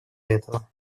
этого